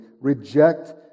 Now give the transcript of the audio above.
reject